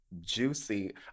juicy